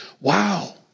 wow